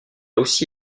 aussi